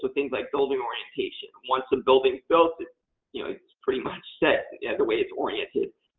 but things like building orientation. once a building's built, it's you know it's pretty much set as the way it's oriented.